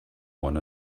one